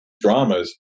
dramas